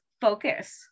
focus